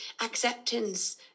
acceptance